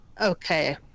Okay